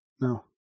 No